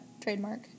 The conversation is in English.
trademark